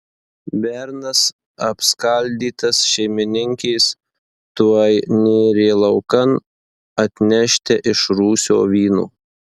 bernas apskaldytas šeimininkės tuoj nėrė laukan atnešti iš rūsio vyno